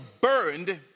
burned